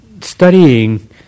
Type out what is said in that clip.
studying